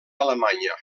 alemanya